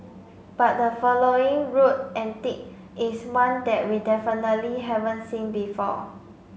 but the following road antic is one that we definitely haven't seen before